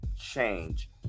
change